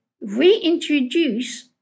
reintroduce